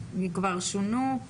אם כבר שונו?